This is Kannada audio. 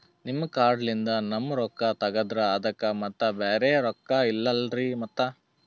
ನಿಮ್ ಕಾರ್ಡ್ ಲಿಂದ ನಮ್ ರೊಕ್ಕ ತಗದ್ರ ಅದಕ್ಕ ಮತ್ತ ಬ್ಯಾರೆ ರೊಕ್ಕ ಇಲ್ಲಲ್ರಿ ಮತ್ತ?